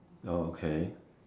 okay